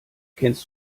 kennst